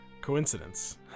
Coincidence